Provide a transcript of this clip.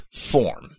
form